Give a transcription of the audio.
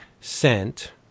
sent